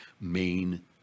main